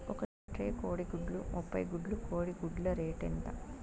ఒక ట్రే కోడిగుడ్లు ముప్పై గుడ్లు కోడి గుడ్ల రేటు ఎంత?